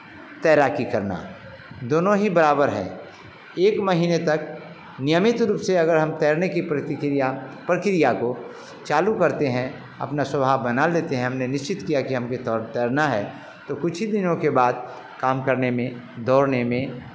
तैराकी करना दोनों ही बराबर है एक महीने तक नियमित रूप से अगर हम तैरने की प्रतिक्रिया प्रक्रिया को चालू करते हैं अपना स्वभाव बना लेते हैं हमने निश्चित किया कि हमके तौर तैरना है तो कुछ ही दिनों के बाद काम करने में दौड़ने में